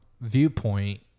viewpoint